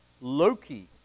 Loki